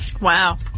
Wow